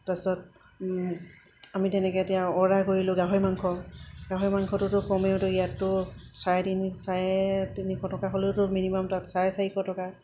তাৰপিছত আমি তেনেকৈ এতিয়া অৰ্ডাৰ কৰিলোঁ গাহৰি মাংস গাহৰি মাংসটোতো কমেওতো ইয়াততো চাৰে তিনি চাৰে তিনিশ টকা হ'লেওতো মিনিমাম তাত চাৰে চাৰিশ টকা